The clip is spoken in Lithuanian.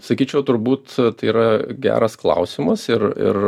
sakyčiau turbūt tai yra geras klausimas ir ir